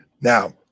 Now